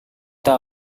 tak